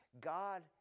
God